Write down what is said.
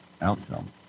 outcome